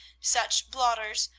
such blotters,